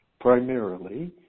primarily